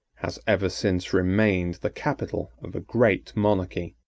has ever since remained the capital of a great monarchy.